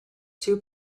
two